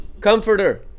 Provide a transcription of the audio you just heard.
comforter